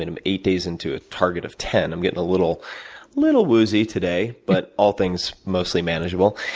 and i'm eight days into a target of ten, i'm getting a little little woozy today, but all things mostly manageable,